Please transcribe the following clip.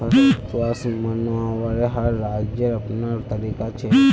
फसल उत्सव मनव्वार हर राज्येर अपनार तरीका छेक